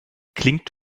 klingt